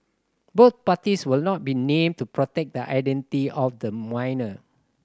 both parties will not be named to protect the identity of the minor